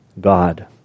God